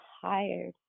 tired